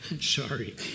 Sorry